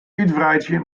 útwreidzje